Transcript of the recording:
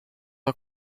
are